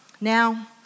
Now